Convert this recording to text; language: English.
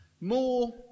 More